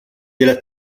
della